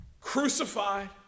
crucified